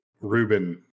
Ruben